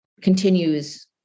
continues